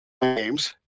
Games